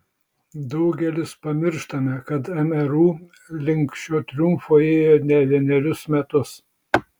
daugelis pamirštame kad mru link šio triumfo ėjo ne vienerius metus